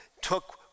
took